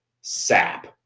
SAP